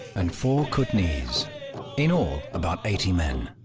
and four kootanais in all about eighty men.